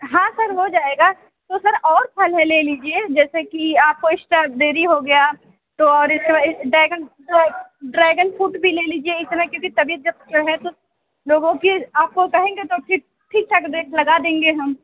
हाँ सर हो जाएगा तो सर और फल है ले लीजिए जैसे कि आपको स्टाबेरी हो गया तो और सर डैगन है ड्रेगेन फ्रूट भी ले लीजिए एक तरह कि क्योंकि तबियत जब जो है जब लोगों के आपको कहेंगे तो ठीक ठाक रेट लगा देंगे हम